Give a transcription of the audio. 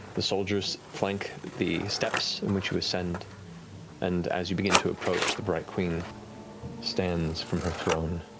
the soldiers flank the steps in which you ascend and as you begin to approach, the bright queen stands from her throne,